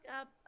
up